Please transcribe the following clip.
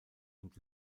und